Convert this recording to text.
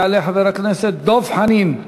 יעלה חבר הכנסת דב חנין,